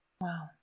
Wow